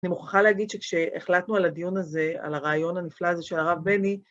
אני מוכרחה להגיד שכשהחלטנו על הדיון הזה, על הרעיון הנפלא הזה של הרב בני,